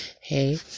hey